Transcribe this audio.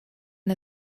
der